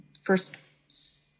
first